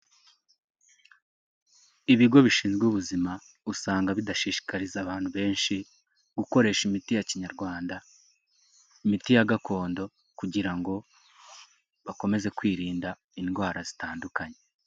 Ibigo bishinzwe ubuzima, usanga bidashishikariza abantu benshi, gukoresha imiti ya kinyarwanda, imiti ya gakondo, kugira ngo, bakomeze kwirinda indwara zitandukanye.